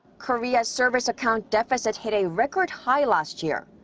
korea's service account deficit hit a record high last year.